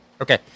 Okay